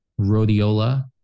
rhodiola